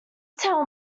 tell